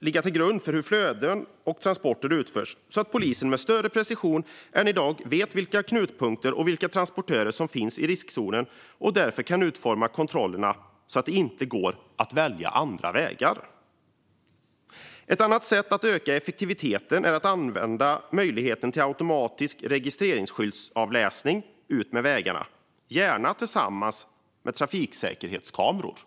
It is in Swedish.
ligga till grund för hur flöden och transporter utförs så att polisen med större precision än i dag vet vilka knutpunkter och vilka transportörer som finns i riskzoner och därefter kan utforma kontrollerna så att det inte går att välja andra vägar. Ett annat sätt att öka effektiviteten är att använda möjligheten till automatisk registreringsskyltsavläsning utmed vägarna, gärna tillsammans med trafiksäkerhetskameror.